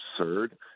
absurd